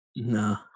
No